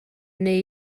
neu